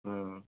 ହଁ